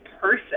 person